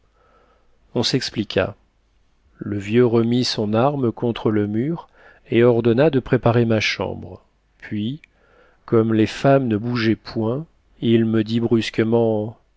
on s'expliqua le vieux remit son arme contre le mur et ordonna de préparer ma chambre puis comme les femmes ne bougeaient point il me dit brusquement